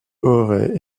aurait